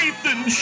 Ethan